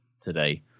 today